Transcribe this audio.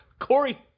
Corey